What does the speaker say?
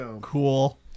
Cool